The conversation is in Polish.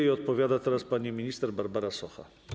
I odpowiada teraz pani minister Barbara Socha.